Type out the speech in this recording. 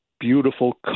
Beautiful